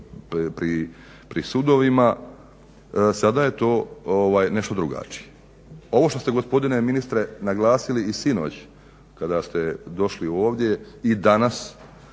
pri sudovima, sada je to nešto drugačije. Ovo što ste gospodine ministre naglasili i sinoć kada ste došli ovdje i danas